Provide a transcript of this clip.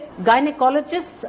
gynecologists